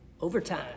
overtime